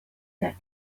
that